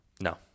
No